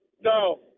No